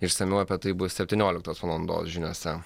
išsamiau apie tai bus septynioliktos valandos žiniose